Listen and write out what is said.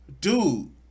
dude